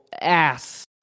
ass